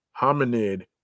Hominid